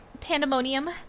pandemonium